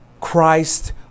Christ